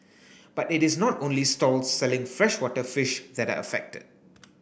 but it is not only stalls selling freshwater fish that are affected